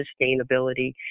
sustainability